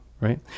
Right